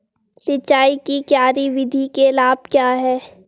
सिंचाई की क्यारी विधि के लाभ क्या हैं?